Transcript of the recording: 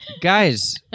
guys